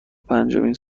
پنجمین